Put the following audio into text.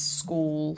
school